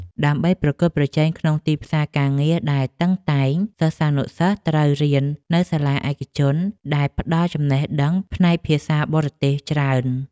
ដើម្បីប្រកួតប្រជែងក្នុងទីផ្សារការងារដែលតឹងតែង សិស្សានុសិស្សត្រូវរៀននៅសាលាឯកជនដែលផ្ដល់ចំណេះដឹងផ្នែកភាសាបរទេសច្រើន។